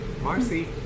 marcy